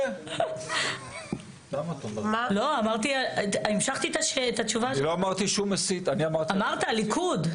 אני לא אמרתי שהוא מסית, אמרתי --- אמרת הליכוד.